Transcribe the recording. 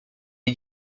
est